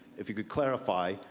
if you could clarify,